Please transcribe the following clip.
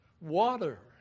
water